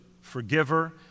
forgiver